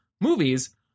movies